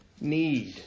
need